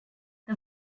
the